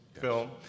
film